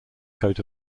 coat